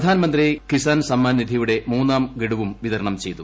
പ്രധാനമന്ത്രി കിസാൻ സമ്മാൻ നിധിയുടെ മൂന്നാം ഗഡുവും വിതരണം ചെയ്തു